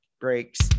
breaks